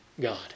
God